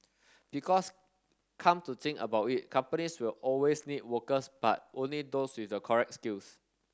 because come to think about it companies will always need workers but only those with the correct skills